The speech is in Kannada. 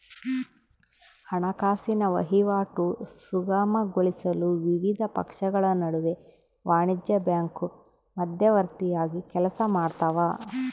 ಹಣಕಾಸಿನ ವಹಿವಾಟು ಸುಗಮಗೊಳಿಸಲು ವಿವಿಧ ಪಕ್ಷಗಳ ನಡುವೆ ವಾಣಿಜ್ಯ ಬ್ಯಾಂಕು ಮಧ್ಯವರ್ತಿಯಾಗಿ ಕೆಲಸಮಾಡ್ತವ